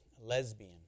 lesbian